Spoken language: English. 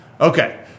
Okay